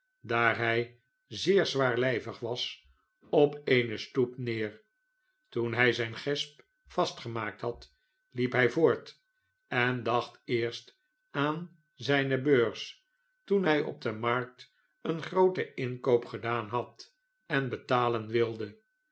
daar hij zeer zwaarlijvig was op eene stoep neer toen hij zijn gesp vastgemaakt had liep hij voort en dacht eerst aan zijne beurs toen hij op de markt een grooten inkoop gedaan had en betalen wilde